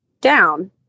down